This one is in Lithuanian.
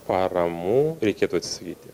paramų reikėtų atsisakyti